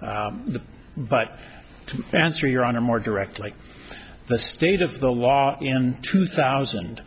the but to answer your on a more direct like the state of the law in two thousand